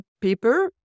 paper